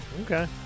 Okay